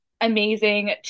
amazing